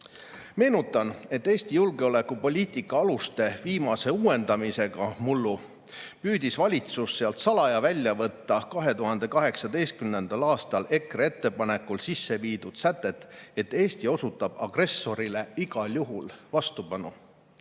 Meenutan, et Eesti julgeolekupoliitika aluste viimase uuendamisega mullu püüdis valitsus sealt salaja välja võtta 2018. aastal EKRE ettepanekul sisse viidud sätet, et Eesti osutab agressorile igal juhul vastupanu.